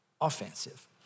offensive